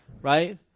right